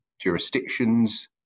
jurisdictions